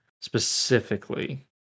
specifically